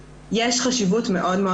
חשוב לי להגיד שיש חשיבות מאוד מאוד